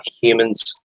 humans